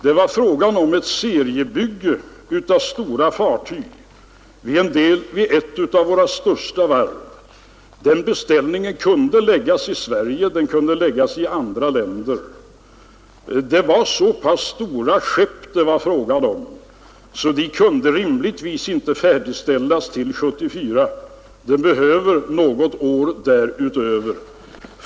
Det var fråga om ett seriebygge av stora fartyg vid ett av våra största varv. Den beställningen kunde läggas i Sverige — den kunde läggas i andra länder. Det var fråga om så pass stora fartyg, att de rimligtvis inte kunde färdigställas till 1974, utan varven behövde något år därutöver.